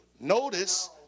Notice